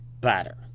better